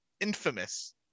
infamous